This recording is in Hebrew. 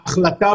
ההחלטה,